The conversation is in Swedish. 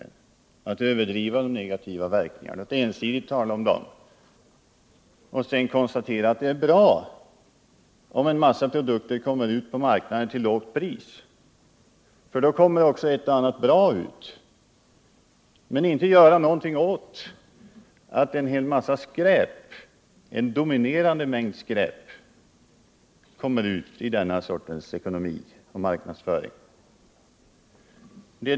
Han säger att det är fel att överdriva de negativa verkningarna, att ensidigt tala om dem och konstaterar sedan att det är bra om en massa produkter kommer ut på marknaden till lågt pris, för då kommer också ett och annat bra ut. Vi tycker det är nonchalant att inte göra någonting åt att en dominerande mängd skräp kommer ut i denna sortens marknadsföring.